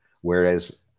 Whereas